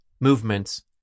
movements